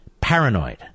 Paranoid